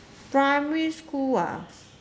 primary school ah